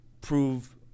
prove –